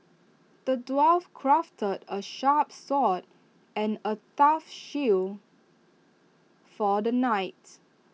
the dwarf crafted A sharp sword and A tough shield for the knight